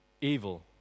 Evil